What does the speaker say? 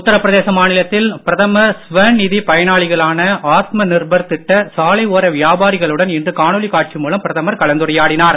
உத்திரப் பிரதேச மாநிலத்தில் பிரதமர் ஸ்வனிதி பயனாளிகளான ஆத்ம நிர்பர் திட்ட சாலை ஓர வியாபாரிகளுடன் இன்று காணொளி காட்சி மூலம் பிரதமர் கலந்துரையாடினார்